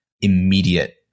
immediate